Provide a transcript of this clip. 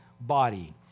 body